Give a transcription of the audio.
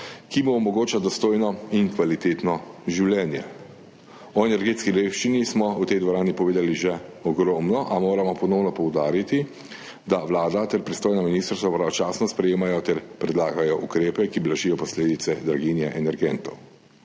ki mu omogoča dostojno in kvalitetno življenje. O energetski revščini smo v tej dvorani povedali že ogromno, a moramo ponovno poudariti, da Vlada ter pristojno ministrstvo pravočasno sprejemajo ter predlagajo ukrepe, ki blažijo posledice draginje energentov.